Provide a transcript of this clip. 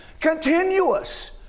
continuous